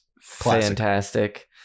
fantastic